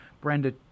brenda